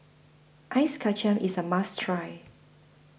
Ice Kachang IS A must Try